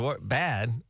bad